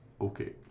okay